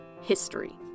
history